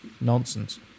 Nonsense